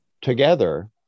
together